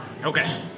Okay